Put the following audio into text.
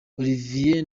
olivier